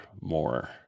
more